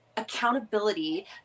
Accountability